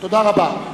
תודה רבה.